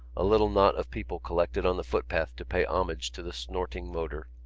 a little knot of people collected on the footpath to pay homage to the snorting motor.